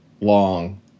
long